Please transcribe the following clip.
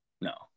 No